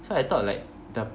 so I thought like the